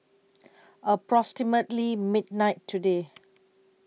approximately midnight today